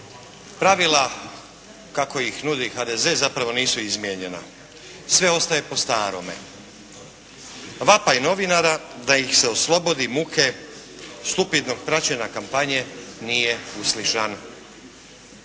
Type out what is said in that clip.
pravila kako ih nudi HDZ zapravo nisu izmijenjena. Sve ostaje po starome. Vapaji novinara da ih se oslobodi muke stupidnog praćenja kampanje nije uslišan.